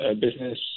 business